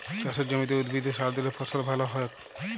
চাসের জমিতে উদ্ভিদে সার দিলে ফসল ভাল হ্য়য়ক